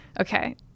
Okay